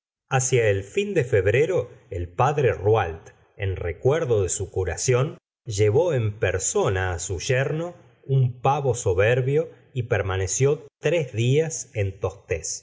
hacia el fin de febrero el padre rouault en recuerdo de su curación llevó en persona á su yerno un pavo soberbio y permaneció tres días en tostes